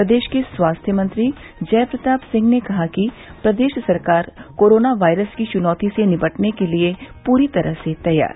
प्रदेश के स्वास्थ्य मंत्री जयप्रताप सिंह ने कहा प्रदेश सरकार कोरोना वायरस की चुनौती से निपटने के लिए पूरी तरह से तैयार